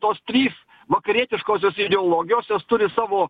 tos trys vakarietiškosios ideologijos jos turi savo